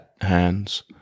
hands